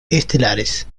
estelares